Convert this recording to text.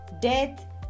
death